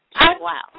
wow